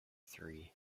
three